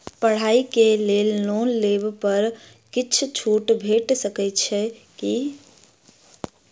पढ़ाई केँ लेल लोन लेबऽ पर किछ छुट भैट सकैत अछि की?